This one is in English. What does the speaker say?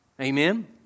Amen